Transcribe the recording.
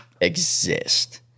exist